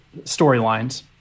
storylines